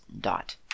dot